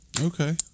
Okay